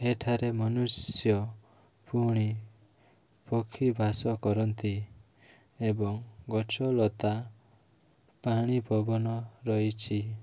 ଏଠାରେ ମନୁଷ୍ୟ ପୁଣି ପକ୍ଷୀବାସ କରନ୍ତି ଏବଂ ଗଛଲତା ପାଣି ପବନ ରହିଛି